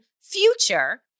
future